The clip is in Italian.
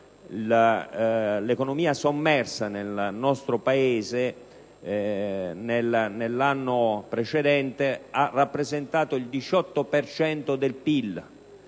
l'economia sommersa nel nostro Paese nell'anno precedente ha rappresentato il 18 per